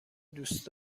دوست